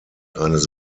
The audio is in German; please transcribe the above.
eines